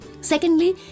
Secondly